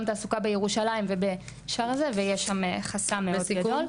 התעסוקה בירושלים ויש שם חסם מאוד גדול.